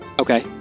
Okay